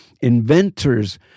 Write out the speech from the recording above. inventors